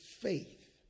faith